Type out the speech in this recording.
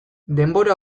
denbora